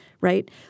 right